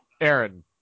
Aaron